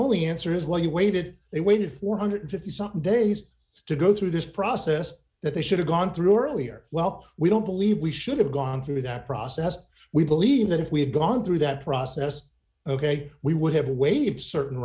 only answer is what you waited they waited four hundred and fifty something days to go through this process that they should have gone through earlier well we don't believe we should have gone through that process we believe that if we had gone through that process ok we would have to waive certain